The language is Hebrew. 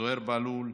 זוהיר בהלול,